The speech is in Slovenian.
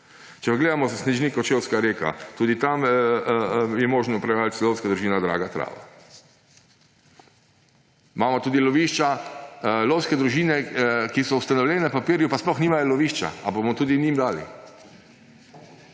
Če pogledamo za Snežnik Kočevska Reka, tudi tam je možen upravljalec lovska družina Draga - Trava. Imamo tudi lovske družine, ki so ustanovljene na papirju, pa sploh nimajo lovišča. Ali bomo tudi njim dali?